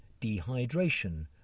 dehydration